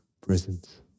Presence